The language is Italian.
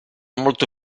molto